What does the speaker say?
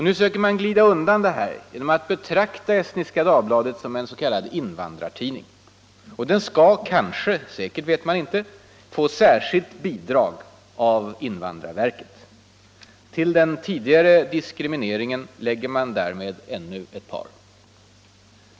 Nu söker man glida undan det genom att betrakta Estniska Dagbladet som en s.k. invandrartidning. Estniska Dagbladet skall kanske — säkert vet man inte — få särskilt bidrag av invandrarverket. Till den tidigare diskrimineringen lägger man därmed ännu ett par.